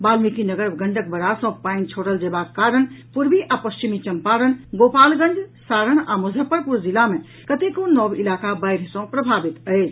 Valmikinagar Gandak barrage सँ पानि छोड़ल जेबाक कारण पूर्वी आ पश्चिम चम्पारण गोपालगंज सारण आ मुजफ्फरपुर जिला मे कतेको नव इलाका बाढ़ि सँ प्रभावित अछि